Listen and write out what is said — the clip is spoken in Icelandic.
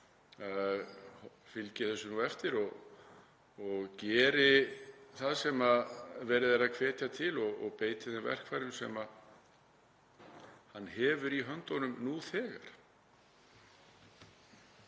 fylgi þessu eftir og geri það sem verið er að hvetja til og beiti þeim verkfærum sem hann hefur í höndunum nú þegar.